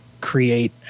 create